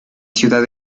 ciudad